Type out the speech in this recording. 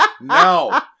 No